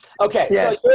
okay